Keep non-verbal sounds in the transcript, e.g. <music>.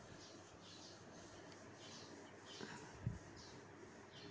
<breath>